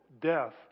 death